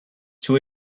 too